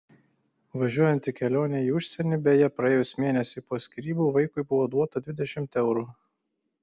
važiuojant į kelionę į užsienį beje praėjus mėnesiui po skyrybų vaikui buvo duota dvidešimt eurų